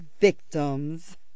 victims